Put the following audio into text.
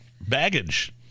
baggage